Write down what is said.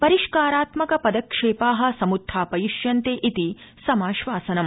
परिष्कारात्मक पदक्षेपा समुत्थापयिष्यन्ते ित्ति समाश्वासनम्